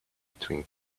between